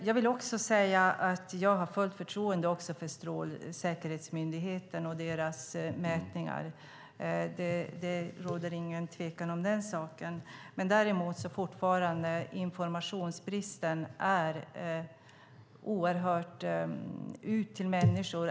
Fru talman! Jag har också fullt förtroende för Strålsäkerhetsmyndighetens mätningar. Det råder inget tvivel om den saken. Däremot är det fortfarande oerhört dåligt med den bristande informationen ut till människor.